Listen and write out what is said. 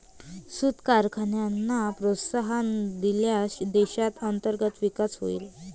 सूत कारखान्यांना प्रोत्साहन दिल्यास देशात अंतर्गत विकास होईल